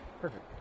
Perfect